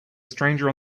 stranger